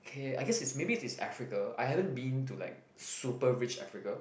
K I guess maybe this is Africa I haven't been to like super rich Africa